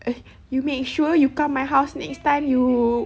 eh you make sure you come my house next time you